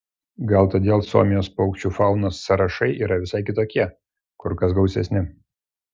gal todėl suomijos paukščių faunos sąrašai yra visai kitokie kur kas gausesni